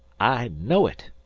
i know it.